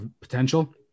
potential